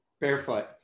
Barefoot